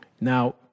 Now